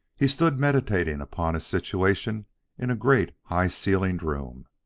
he stood meditating upon his situation in a great, high-ceilinged room.